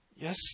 Yes